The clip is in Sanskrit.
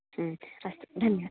आम् अस्तु धन्य